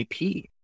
IP